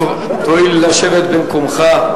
תואיל לשבת במקומך.